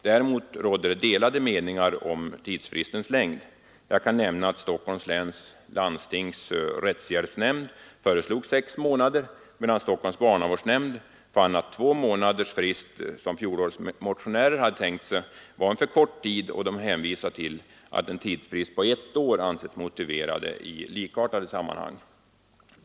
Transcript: Däremot rådde något delade meningar om tidsfristens längd. Jag kan nämna att Stockholms läns landstings rättshjälpsnämnd föreslog sex månader, medan Stockholms barnavårdsnämnd fann att två månaders frist, som fjolårets motionärer föreslog, skulle vara för kort, och hänvisade till att en tidsfrist på ett år ansetts motiverad i likartade sammanhang.